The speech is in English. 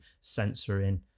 censoring